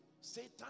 Satan